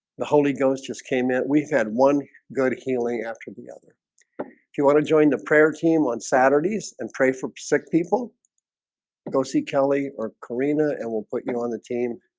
the holy ghost just came in we've had one good healing after the other if you want to join the prayer team on saturdays and pray for sick people go see kelly or carina and we'll put you on the team